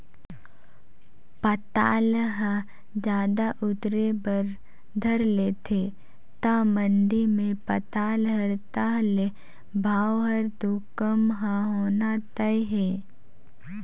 पताल ह जादा उतरे बर धर लेथे त मंडी मे पताल हर ताह ले भाव हर तो कम ह होना तय हे